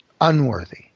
Unworthy